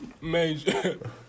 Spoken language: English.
Major